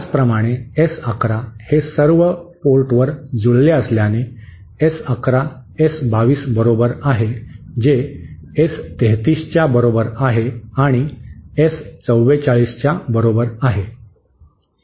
त्याचप्रमाणे एस 11 हे सर्व पोर्टवर जुळले असल्याने एस 11 एस 22 बरोबर आहे जे एस 33 च्या बरोबर आहे आणि ते एस 44 च्या बरोबर आहे